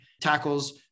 tackles